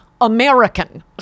American